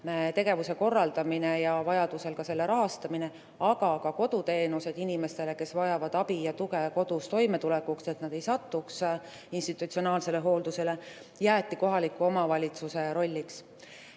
tegevuse korraldamine ja vajaduse korral nende rahastamine, aga ka koduteenuste osutamine inimestele, kes vajavad abi ja tuge kodus toimetulekuks, et nad ei satuks institutsionaalsele hooldusele, kohaliku omavalitsuse